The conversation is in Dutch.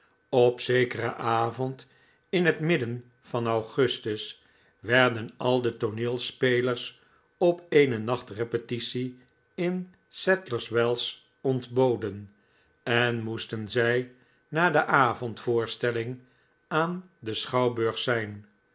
op zekeren avond in het midden van augustus werden al de tooneelspelers op eene nacht repetitie in sadlers wells ontboden en moesten zij na de avond voorstelling aan den schouwburg zijn